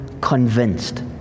convinced